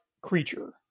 creature